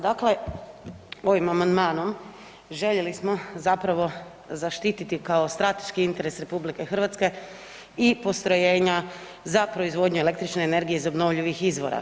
Dakle, ovim amandmanom željeli smo zapravo zaštititi kao strateški interes RH i postrojenja za proizvodnju električne energije iz obnovljivih izvora.